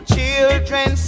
Children